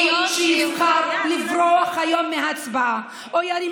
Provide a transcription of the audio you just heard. כל מי שיבחר לברוח היום מהצבעה או ירים